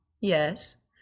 Yes